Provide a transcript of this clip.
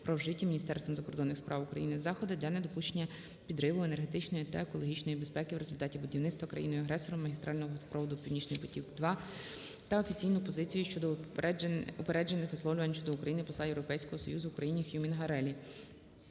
про вжиті Міністерством закордонних справ України заходи для недопущення підриву енергетичної та екологічної безпеки України в результаті будівництва країною-агресором магістрального газопроводу "Північний потік-2" та офіційну позицію щодо упереджених висловлювань щодо України посла Європейського союзу в УкраїніХюг Мінгареллі.